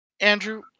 Andrew